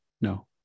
No